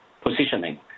positioning